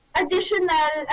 additional